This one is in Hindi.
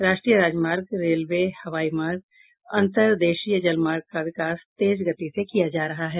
राष्ट्रीय राजमार्ग रेलवे हवाई मार्ग अन्तर देशीय जलमार्ग का विकास तेज गति से किया जा रहा है